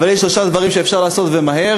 אבל יש שלושה דברים שאפשר לעשות ומהר.